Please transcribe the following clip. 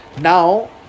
Now